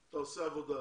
אתה עושה עבודה.